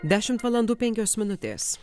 dešimt valandų penkios minutės